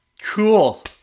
Cool